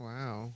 Wow